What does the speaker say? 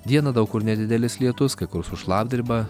dieną daug kur nedidelis lietus kai kur su šlapdriba